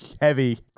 heavy